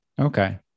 Okay